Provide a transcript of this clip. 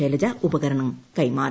ശൈലജ ഉപകരണം കൈമാറി